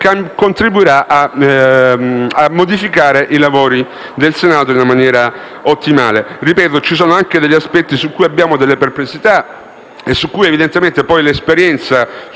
contribuirà a modificare i lavori del Senato in maniera ottimale. Ripeto: ci sono anche degli aspetti su cui abbiamo delle perplessità e sui quali, evidentemente, poi l'esperienza ci dirà